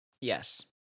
Yes